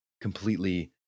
completely